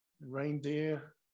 Reindeer